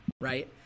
right